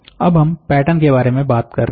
अब हम पैटर्न के बारे में बात कर रहे हैं